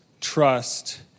trust